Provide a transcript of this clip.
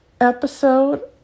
episode